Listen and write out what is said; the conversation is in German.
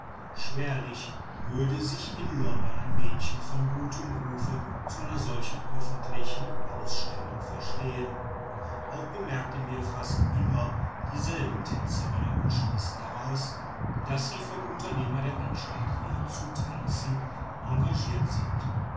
schwerlich würde sich in london ein mädchen von gutem rufe zu einer solchen öffentlichen ausstellung verstehen auch bemerkten wir fast immer dieselben tänzerinnen und schließen daraus daß sie vom unternehmer der anstalt hier zu tanzen engagiert sind